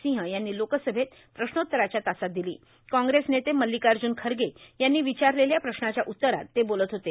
सिंह यांनी लोकसभेत प्रश्नोत्तराच्या तासात दिली काँग्रेस नेते मल्लिकार्जून खरगे यांनी विचारलेल्या प्रश्नाच्या उत्तरात ते बोलत होते